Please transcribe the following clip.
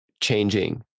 changing